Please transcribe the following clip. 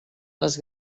les